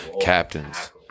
captains